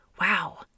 Wow